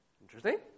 Interesting